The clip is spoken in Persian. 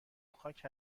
خاک